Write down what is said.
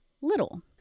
Little